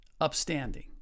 upstanding